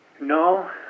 No